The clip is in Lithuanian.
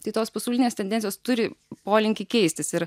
tai tos pasaulinės tendencijos turi polinkį keistis ir